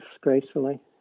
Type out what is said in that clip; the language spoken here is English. gracefully